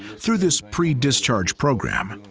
through this pre-discharge program,